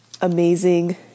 amazing